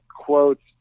quotes